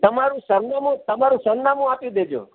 તમારું સરનામું તમારું સરનામું આપી દેજો